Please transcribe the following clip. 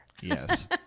Yes